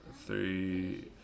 three